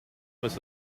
was